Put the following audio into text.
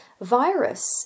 virus